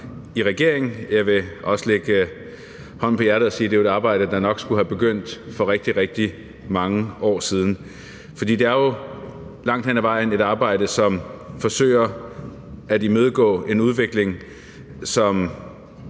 i regering. Jeg vil også lægge hånden på hjertet og sige, at det jo er et arbejde, der nok skulle være begyndt for rigtig, rigtig mange år siden, fordi det langt hen ad vejen er et arbejde, som forsøger at imødegå en udvikling, som